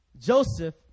Joseph